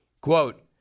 Quote